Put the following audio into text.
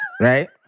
Right